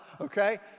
okay